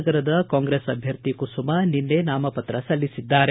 ನಗರದ ಕಾಂಗ್ರೆಸ್ ಅಭ್ಯರ್ಥಿ ಕುಸುಮಾ ನಿನ್ನೆ ನಾಮಪತ್ರ ಸಲ್ಲಿಸಿದ್ದಾರೆ